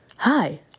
Hi